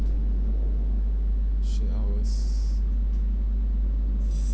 s~ hours